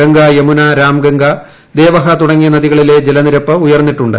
ഗംഗ യമുന രാംഗംഗ ദേവഹ തുടങ്ങിയ നദികളിലെ ജലനിരപ്പ് ഉയർന്നിട്ടുണ്ട്